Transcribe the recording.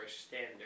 standard